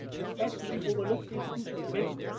compassion may overlook the institutional dimension.